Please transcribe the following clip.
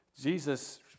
Jesus